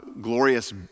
glorious